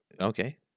Okay